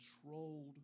controlled